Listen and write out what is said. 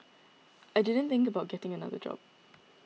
I didn't think about getting another job